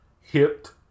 hit